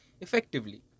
effectively